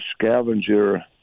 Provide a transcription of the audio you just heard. scavenger